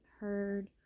heard